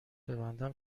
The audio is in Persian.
ببندم